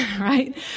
right